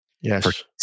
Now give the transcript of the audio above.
Yes